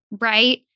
right